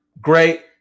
great